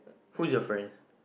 who is your friend